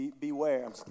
beware